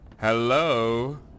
Hello